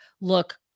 look